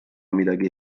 midagi